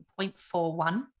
0.41